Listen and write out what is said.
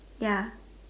ya